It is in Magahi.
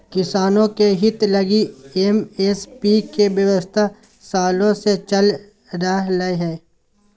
किसानों के हित लगी एम.एस.पी के व्यवस्था सालों से चल रह लय हें